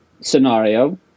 scenario